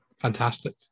fantastic